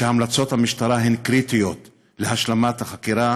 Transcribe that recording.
שהמלצות המשטרה הן קריטיות להשלמת החקירה,